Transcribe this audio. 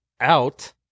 out